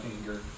anger